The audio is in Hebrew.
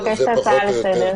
אני מבקשת הצעה לסדר.